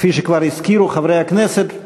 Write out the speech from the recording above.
כפי שכבר הזכירו חברי הכנסת,